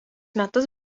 metus